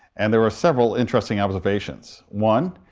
and there were several interesting observations. one,